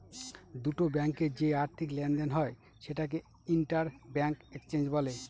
দুটো ব্যাঙ্কে যে আর্থিক লেনদেন হয় সেটাকে ইন্টার ব্যাঙ্ক এক্সচেঞ্জ বলে